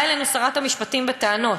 באה אלינו שרת המשפטים בטענות,